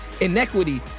inequity